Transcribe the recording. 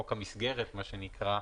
"חוק המסגרת" מה שנקרא,